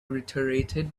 reiterated